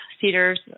Cedar's